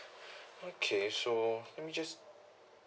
okay so let me just